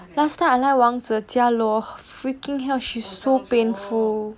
last time I like wangzhe jialuo freaking hell she's so painful